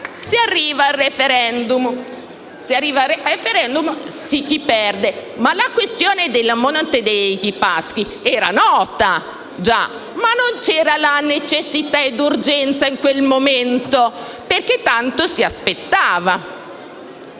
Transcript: Si arriva al *referendum* e si perde, ma la questione della Monte dei Paschi era già nota; non c'era però la necessità e urgenza in quel momento perché tanto si aspettava.